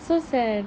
so sad